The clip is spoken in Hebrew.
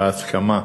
בהסכמה.